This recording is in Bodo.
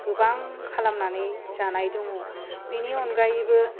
गोबां खालामनानै जानाय दङ बिनि अनगायैबो